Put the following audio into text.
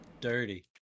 dirty